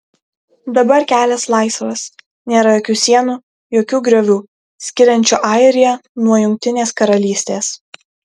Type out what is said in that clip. dabar kelias laisvas nėra jokių sienų jokių griovių skiriančių airiją nuo jungtinės karalystės